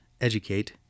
educate